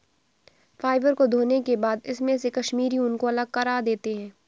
fibre को धोने के बाद इसमे से कश्मीरी ऊन को अलग करा जाता है